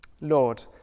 Lord